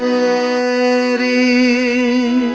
a